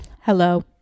hello